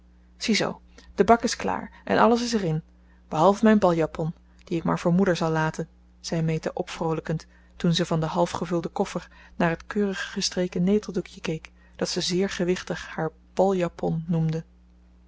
ziezoo de bak is klaar en alles is er in behalve mijn baljapon die ik maar voor moeder zal laten zei meta opvroolijkend toen ze van den halfgevulden koffer naar het keurig gestreken neteldoekje keek dat ze zeer gewichtig haar baljapon noemde